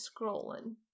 scrolling